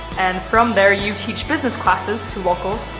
and from there you teach business classes to locals,